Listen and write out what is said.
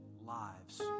lives